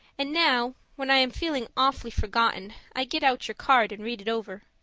and now, when i am feeling awfully forgotten, i get out your card and read it over.